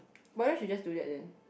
why don't she just do that then